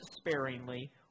sparingly